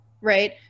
right